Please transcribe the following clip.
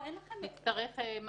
נצטרך לתת מענה